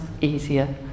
easier